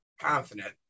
confident